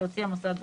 שהוציא המוסד בפועל.